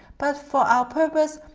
but for our purpose,